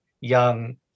young